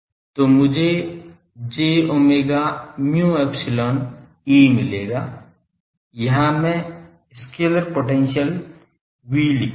तो मुझे j omega mu epsilon E मिलेगा यहाँ मैं स्केलर पोटेंशियल V रखूंगा